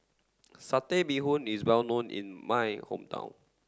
satay bee hoon is well known in my hometown